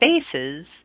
spaces